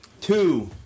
two